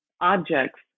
objects